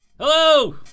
Hello